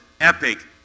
epic